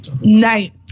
Night